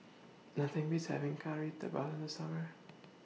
Nothing Beats having Kari Debal in The Summer